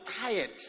tired